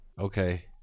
Okay